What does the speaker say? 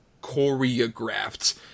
choreographed